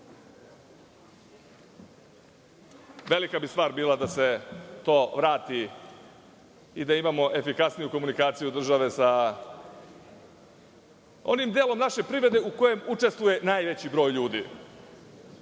Velika bi stvar bila da se to vrati i da imamo efikasniju komunikaciju države sa onim delom naše privrede u kojem učestvuje najveći broj ljudi. Srbija